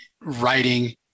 writing